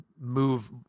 move